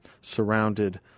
surrounded